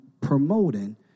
promoting